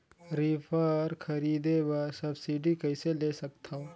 Reaper खरीदे बर subsidy कइसे ले सकथव?